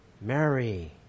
Mary